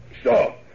Stop